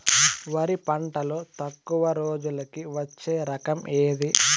వరి పంటలో తక్కువ రోజులకి వచ్చే రకం ఏది?